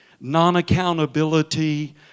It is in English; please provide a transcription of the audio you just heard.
non-accountability